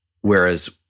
Whereas